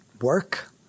work